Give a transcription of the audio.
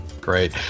Great